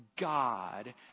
God